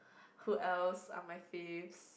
who else are my faves